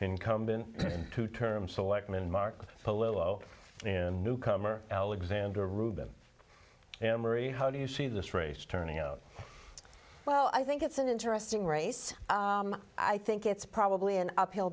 incumbent two term selectman mark polo and newcomer alexander reuben emery how do you see this race turning out well i think it's an interesting race i think it's probably an uphill